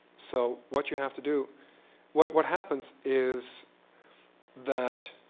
so what you have to do what what happens is that